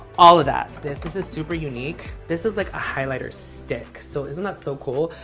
all of that. this is a super unique. this is like a highlighter stick. so isn't that so cool?